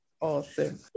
awesome